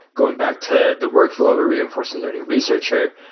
going back to the workflow of a reinforcement learning researcher,